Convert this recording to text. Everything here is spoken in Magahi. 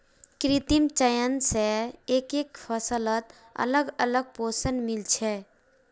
कृत्रिम चयन स एकके फसलत अलग अलग पोषण मिल छे